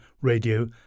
radio